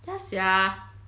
ya sia